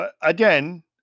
Again